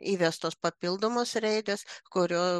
įvestos papildomos raidės kurio